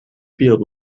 field